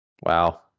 Wow